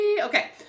Okay